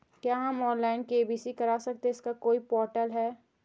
क्या हम ऑनलाइन अपनी के.वाई.सी करा सकते हैं इसका कोई पोर्टल है?